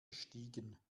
gestiegen